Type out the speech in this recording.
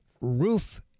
Roof